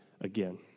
again